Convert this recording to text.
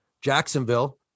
Jacksonville